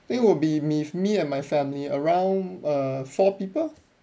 I think it will be me me and my family around uh four people